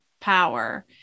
power